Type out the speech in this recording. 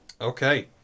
Okay